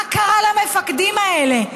מה קרה למפקדים האלה,